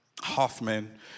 Hoffman